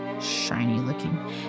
shiny-looking